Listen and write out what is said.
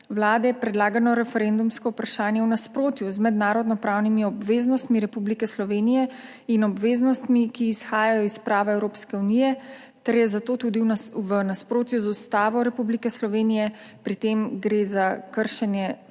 Vlade predlagano referendumsko vprašanje v nasprotju z mednarodno pravnimi obveznostmi Republike Slovenije in obveznostmi, ki izhajajo iz prava Evropske unije ter je zato tudi v nasprotju z Ustavo Republike Slovenije, pri tem gre za kršenje